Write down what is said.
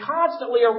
constantly